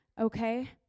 okay